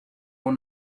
one